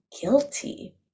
guilty